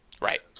Right